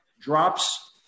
drops